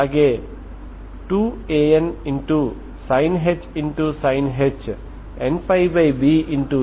కాబట్టి t→∞ ఉన్నప్పుడు ఏ సందర్భంలోనైనా మీరు స్థిరమైన స్థితికి చేరుకుంటారు సరేనా